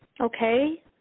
okay